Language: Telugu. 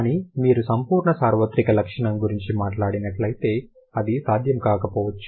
కానీ మీరు సంపూర్ణ సార్వత్రిక లక్షణం గురించి మాట్లాడినట్లయితే అది సాధ్యం కాకపోవచ్చు